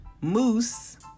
Moose